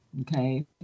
okay